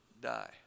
die